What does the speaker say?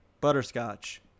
butterscotch